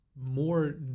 more